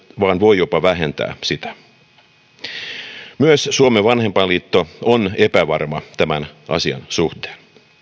vaan voi jopa vähentää sitä myös suomen vanhempainliitto on epävarma tämän asian suhteen